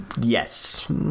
Yes